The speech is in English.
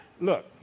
Look